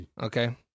Okay